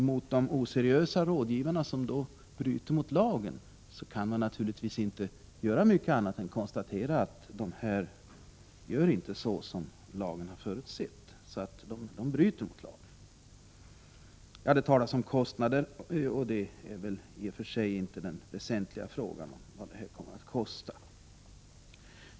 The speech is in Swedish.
Mot de oseriösa rådgivarna kan man naturligtvis inte göra mycket annat än konstatera att de inte gör så som lagen har förutsett, dvs. att de bryter mot lagen. Det talas om kostnader, men den väsentliga frågan är väl i och för sig inte vad det kan kosta.